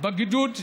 בגדוד לביא,